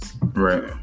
Right